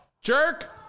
Jerk